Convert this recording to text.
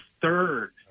third